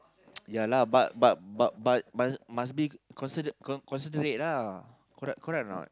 ya lah but but but but but must be conside~ con~ considerate ah correct correct or not